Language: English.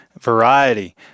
variety